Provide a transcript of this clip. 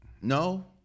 No